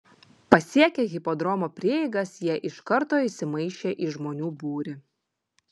pasiekę hipodromo prieigas jie iš karto įsimaišė į žmonių būrį